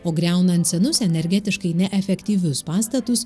o griaunant senus energetiškai neefektyvius pastatus